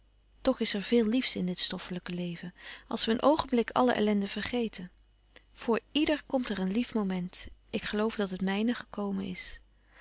toch is er veel liefs in dit stoffelijke leven als we een oogenblik alle ellende vergeten voor ièder komt er een lief moment ik geloof dat het mijne gekomen is